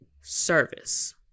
service